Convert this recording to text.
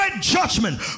judgment